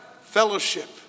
fellowship